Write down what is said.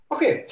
Okay